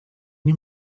nie